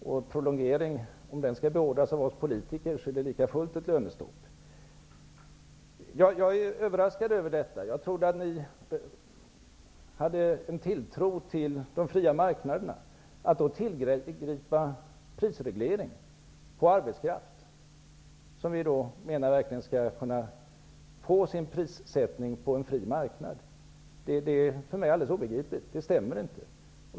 Om prolongeringen skall beordras av oss politiker, är det likafullt ett lönestopp. Jag är överraskad över detta. Jag trodde att ni hade en tilltro till de fria marknaderna. Att då tillgripa prisreglering på arbetskraft -- vi menar att den skall få sin prissättning på en fri marknad -- är för mig alldeles obegripligt. Det stämmer inte.